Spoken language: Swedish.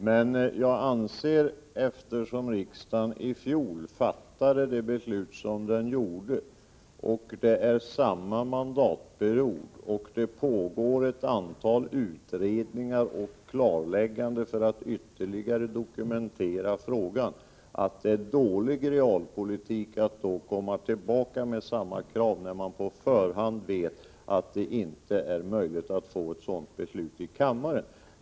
Men jag anser, eftersom riksdagen i fjol fattade det beslut den gjorde och eftersom det är samma mandatperiod och ett antal utredningar och klarlägganden pågår för att ytterligare dokumentera frågan, att det är dålig realpolitik att komma tillbaka med samma krav när man på förhand vet att det inte är möjligt att få ett sådant beslut i kammaren.